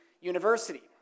University